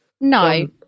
no